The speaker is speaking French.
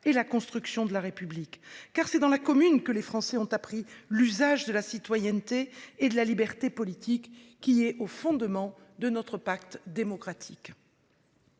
et la construction de la République, car c'est dans la commune que les Français ont appris la citoyenneté et la liberté politique, qui sont au fondement de notre pacte démocratique.